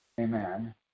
Amen